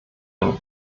ein